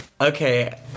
Okay